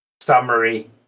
summary